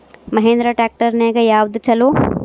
Mahindra tractor ನ್ಯಾಗ ಯಾವ್ದ ಛಲೋ?